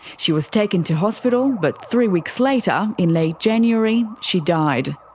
she was taken to hospital, but three weeks later, in late january, she died.